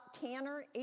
Tanner